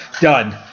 done